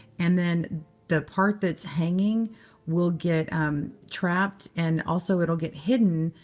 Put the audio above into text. and then the part that's hanging will get um trapped. and also, it'll get hidden.